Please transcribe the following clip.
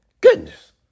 Goodness